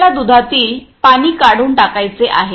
आपल्याला दुधातील पाणी काढून टाकायचे आहे